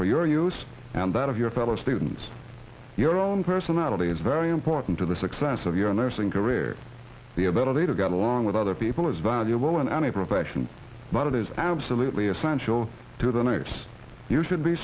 for your use and that of your fellow students your own personality is very important to the success of your nursing career the ability to get along with other people is valuable in any profession but it is absolutely essential to the next you should be